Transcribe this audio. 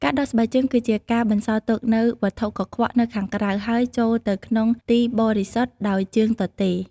ការដោះស្បែកជើងគឺជាការបន្សល់ទុកនូវវត្ថុកខ្វក់នៅខាងក្រៅ ហើយចូលទៅក្នុងទីបរិសុទ្ធដោយជើងទទេរ។